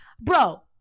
bro